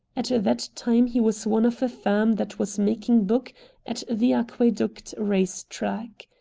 at that time he was one of a firm that was making book at the aqueduct race-track.